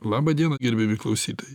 laba diena gerbiami klausytojai